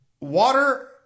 water